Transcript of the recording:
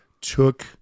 took